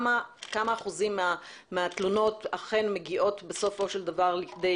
מה אחוז התלונות שאכן מגיעות בסופו של דבר לכדי